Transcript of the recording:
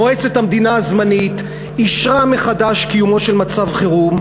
מועצת המדינה הזמנית אישרה מחדש קיומו של מצב חירום,